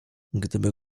gdyby